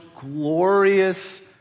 glorious